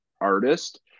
artist